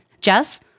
Jess